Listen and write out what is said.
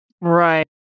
Right